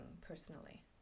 personally